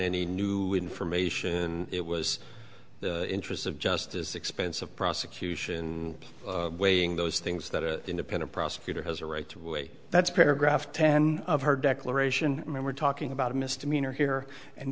any new information it was the interests of justice expensive prosecution weighing those things that an independent prosecutor has a right to that's paragraph ten of her declaration i mean we're talking about a misdemeanor here and